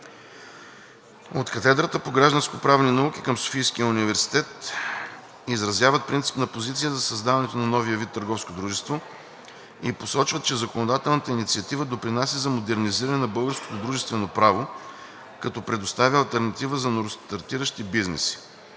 От Катедрата по гражданскоправни науки към СУ „Св. Климент Охридски“ изразяват принципна подкрепа за създаването на новия вид търговско дружество и посочват, че законодателната инициатива допринася за модернизиране на българското дружествено право, като предоставя алтернатива за новостартиращи бизнеси.